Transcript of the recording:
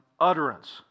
utterance